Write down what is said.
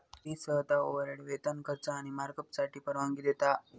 fee सहसा overhead, वेतन, खर्च आणि मार्कअपसाठी परवानगी देता